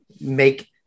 make